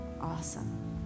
Awesome